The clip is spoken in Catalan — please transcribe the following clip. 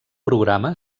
programa